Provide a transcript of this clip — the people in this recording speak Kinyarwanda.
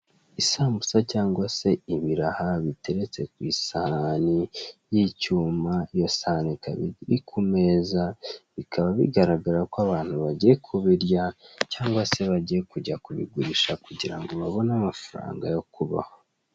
Isambusa cyangwa se ibiraha biteretse ku isahane y'icyuma, iyo sahane ikaba iri kumeza, bikaba bigaragara ko abantu bagiye kubirya cyangwa se bagiye kubigurisha kugirango babone amafaranga yo kubaho.